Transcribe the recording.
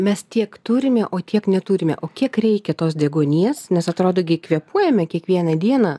mes tiek turime o tiek neturime o kiek reikia tos deguonies nes atrodo gi kvėpuojame kiekvieną dieną